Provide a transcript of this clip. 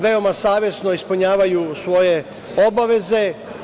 Veoma savesno ispunjavaju svoje obaveze.